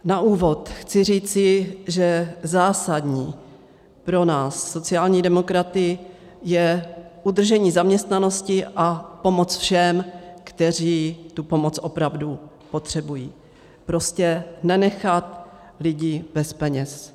Na úvod chci říci, že zásadní pro nás sociální demokraty je udržení zaměstnanosti a pomoc všem, kteří tu pomoc opravdu potřebují, prostě nenechat lidi bez peněz.